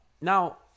now